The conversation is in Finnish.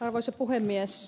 arvoisa puhemies